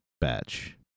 batch